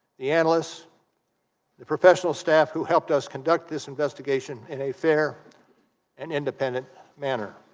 the analysts the professional staff who helped us conduct this investigation in a fair and independent manner